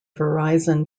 verizon